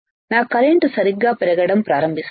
నా కరెంట్ సరిగ్గా పెరగడం ప్రారంభిస్తాను